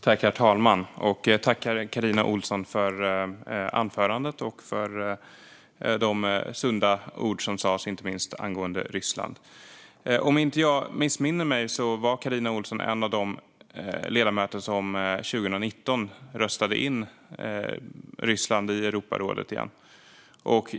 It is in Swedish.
Herr talman! Jag tackar Carina Ohlsson för anförandet och för de sunda ord som sas, inte minst angående Ryssland. Om jag inte missminner mig var Carina Ohlsson en av de ledamöter som 2019 röstade in Ryssland i Europarådet igen.